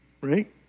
Right